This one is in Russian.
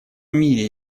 мире